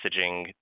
messaging